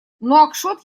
нуакшот